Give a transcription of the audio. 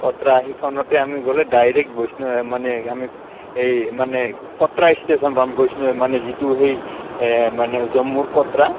কতৰা সেইখনতে আমি গ'লে ডাইৰেক্ট বৈষ্ণৱ মানে আমি এই মানে কতৰা ষ্টেচন পাম বৈষ্ণৱ মানে যিটো সেই মানে জম্মুৰ কতৰা